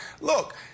Look